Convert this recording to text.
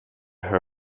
her